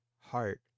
heart